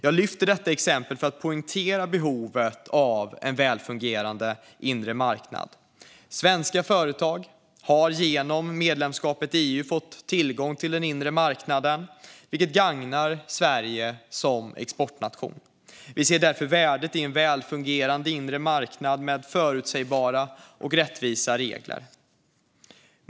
Jag lyfter detta exempel för att poängtera behovet av en välfungerande inre marknad. Svenska företag har genom medlemskapet i EU fått tillgång till den inre marknaden, vilket gagnar Sverige som exportnation. Vi ser därför värdet i en välfungerande inre marknad med förutsägbara och rättvisa regler.